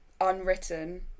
unwritten